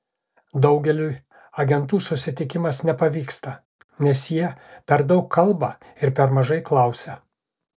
daugeliui agentų susitikimas nepavyksta nes jie per daug kalba ir per mažai klausia